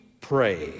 Pray